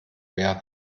werden